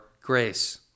grace